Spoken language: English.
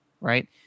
right